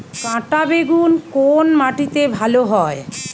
কাঁটা বেগুন কোন মাটিতে ভালো হয়?